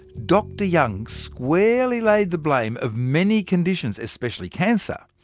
dr young squarely laid the blame of many conditions, especially cancer,